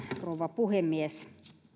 rouva puhemies